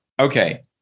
okay